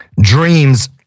Dreams